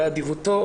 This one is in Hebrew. ובאדיבותו,